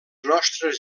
nostres